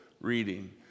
reading